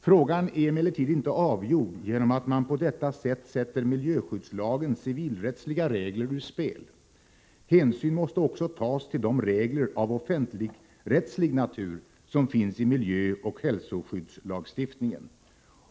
Frågan är emellertid inte avgjord genom att man på detta sätt sätter miljöskyddslagens civilrättsliga regler ur spel. Hänsyn måste också tas till de regler av offentligrättslig natur som finns i miljöoch hälsoskyddslagstiftningen.